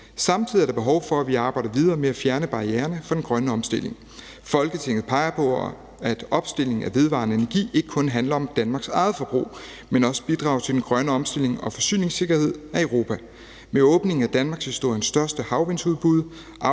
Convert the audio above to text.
Samtidig er der behov for, at vi arbejder videre med at fjerne barriererne for den grønne omstilling. Folketinget peger på, at opstillingen af vedvarende energi ikke kun handler om Danmarks eget forbrug, men også bidrager til den grønne omstilling og forsyningssikkerhed af Europa. Med åbningen af danmarkshistoriens største havvindsudbud,